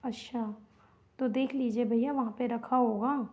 अच्छा तो देख लीजिए भैया वहाँ पर रखा होगा